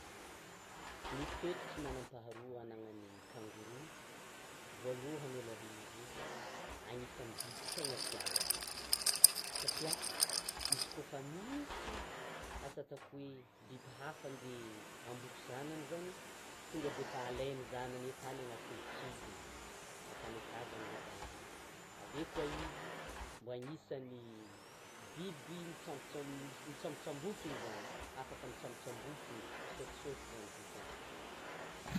Ny toetra tsy manam-paharoa ananan'ny kangoroa, voalohany aloaha, izy anisan'ny biby tegna tia zanaka satria izy koa fa misy asa ataoko hoe biby hafa andeha amboko zanany zany tonga defa alainy zanany atany anatin'ny kibony, atany akà zany le zanany; ave koa izy biby mitsambotsa mitsambotsambokony zany, afaka mitsambotsambokony, misôtisôty zany dikany.